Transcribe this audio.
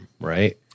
Right